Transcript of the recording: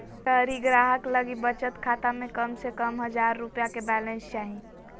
शहरी ग्राहक लगी बचत खाता में कम से कम हजार रुपया के बैलेंस चाही